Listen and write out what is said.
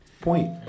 Point